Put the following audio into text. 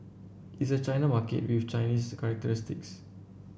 it's a China market with Chinese characteristics